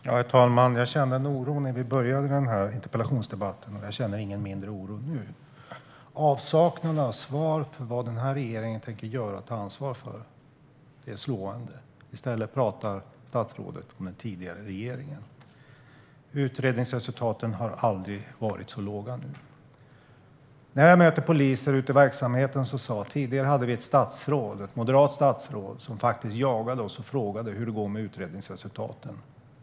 Herr talman! Jag kände en oro när vi började interpellationsdebatten, och min oro är inte mindre nu. Avsaknaden av svar när det gäller vad regeringen tänker göra och ta ansvar för är slående. I stället pratar statsrådet om den tidigare regeringen. Utredningsresultaten har aldrig varit så låga som nu. Jag har mött poliser ute i verksamheten som säger att tidigare hade vi ett moderat statsråd som faktiskt jagade oss och frågade hur det gick med utvecklingsresultaten.